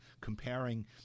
comparing